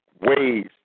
ways